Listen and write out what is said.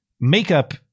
makeup